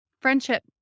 friendship